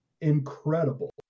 incredible